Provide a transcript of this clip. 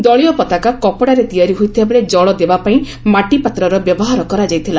ଦଳୀୟ ପତାକା କପଡ଼ାରେ ତିଆରି ହୋଇଥିବାବେଳେ ଜଳ ଦେବାପାଇଁ ମାଟି ପାତ୍ରର ବ୍ୟବହର କରାଯାଇଥିଲା